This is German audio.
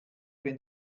wenn